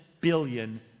billion